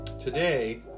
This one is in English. Today